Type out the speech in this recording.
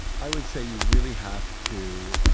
i would say you really have to